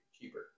cheaper